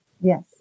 Yes